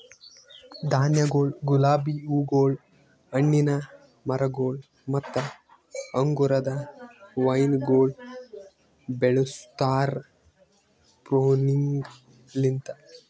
ಧಾನ್ಯಗೊಳ್, ಗುಲಾಬಿ ಹೂಗೊಳ್, ಹಣ್ಣಿನ ಮರಗೊಳ್ ಮತ್ತ ಅಂಗುರದ ವೈನಗೊಳ್ ಬೆಳುಸ್ತಾರ್ ಪ್ರೂನಿಂಗಲಿಂತ್